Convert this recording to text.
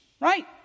Right